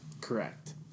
Correct